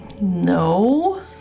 No